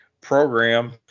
program